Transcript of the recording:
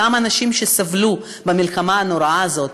אותם אנשים שסבלו במלחמה הנוראה הזאת,